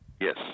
Yes